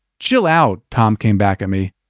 chill out! tom came back at me.